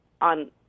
on